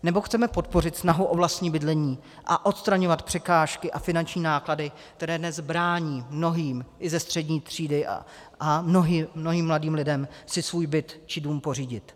Nebo chceme podpořit snahu o vlastní bydlení a odstraňovat překážky a finanční náklady, které dnes brání mnohým i ze střední třídy a mnohým mladým lidem si svůj byt či dům pořídit?